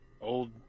old